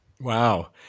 Wow